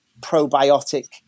probiotic